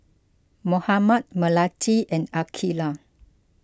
Muhammad Melati and Aqeelah